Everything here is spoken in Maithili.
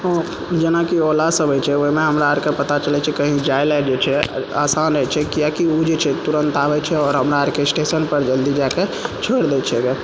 जेना कि ओला सब होइ छै ओइमे हमराअरके पता चलै छै की कहीं जाइला जे छै आसान होइ छै किआकि ओ जे छै तुरन्त आबै छै आओर हमराअरके स्टेशनपर जल्दी जाइके छोड़ि दै छै